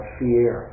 fear